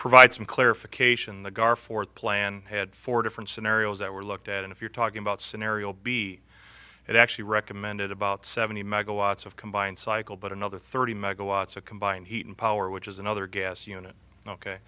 provide some clarification the gaar fourth plan had four different scenarios that were looked at and if you're talking about scenario b it actually recommended about seventy megawatts of combined cycle but another thirty megawatts of combined heat and power which is another gas unit ok